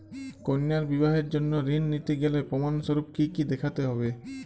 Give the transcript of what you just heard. কন্যার বিবাহের জন্য ঋণ নিতে গেলে প্রমাণ স্বরূপ কী কী দেখাতে হবে?